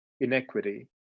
inequity